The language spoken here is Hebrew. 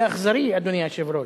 זה אכזרי, אדוני היושב-ראש.